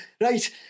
Right